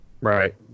Right